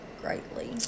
greatly